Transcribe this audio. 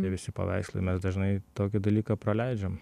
tie visi paveikslai mes dažnai tokį dalyką praleidžiam